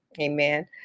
Amen